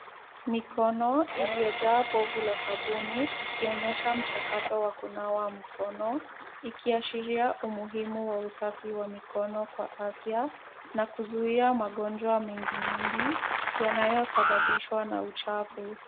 Mikono iliyojaa povu la sabuni ikionyesha mchakato wa kunawa mkono. Ikiashiria umuhimu wa usafi wa mikono kwa afya, na kuzuia mgonjwa mengi mengi, yanayosababishwa na uchafu.